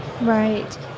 right